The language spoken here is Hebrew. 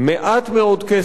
מעט מאוד כסף,